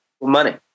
money